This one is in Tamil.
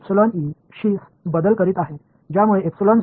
நான் க்கு பதிலாக மற்றும் இங்கு மாற்றி அமைத்து உள்ளேன்